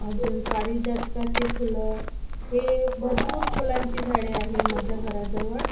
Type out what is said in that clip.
अजून पारिजातकाचे फुलं हे भरपूर फुलांची झाडे आहे माझ्या घराजवळ